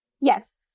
Yes